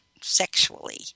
sexually